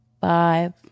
five